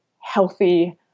healthy